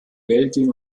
belgien